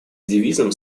девизом